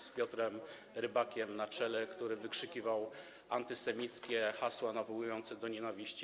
z Piotrem Rybakiem na czele, który wykrzykiwał antysemickie hasła nawołujące do nienawiści?